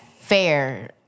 fair